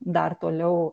dar toliau